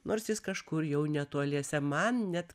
nors jis kažkur jau netoliese man net